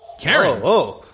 Karen